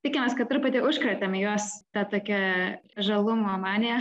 tikimės kad truputį užkrėtėm juos ta tokia žalumo manija